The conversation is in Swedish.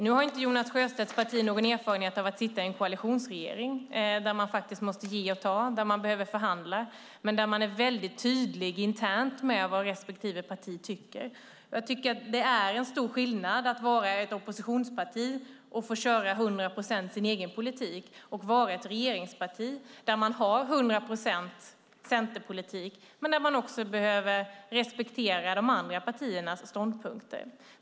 Nu har inte Jonas Sjöstedts parti någon erfarenhet av att sitta i en koalitionsregering, där man måste ge och ta, där man behöver förhandla, men där man är väldigt tydlig internt med vad respektive parti tycker. Det är en stor skillnad mellan att vara ett oppositionsparti och få köra sin egen politik till hundra procent och att vara ett regeringsparti som har hundra procent centerpolitik men där man också behöver respektera de andra partiernas ståndpunkter.